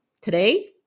today